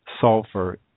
sulfur